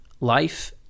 life